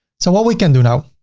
so what we can do now?